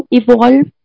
evolve